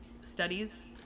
studies